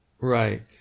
right